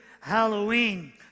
Halloween